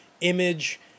image